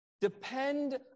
depend